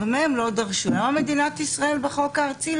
ולמה מדינת ישראל לא עושה את זה בחוק הארצי.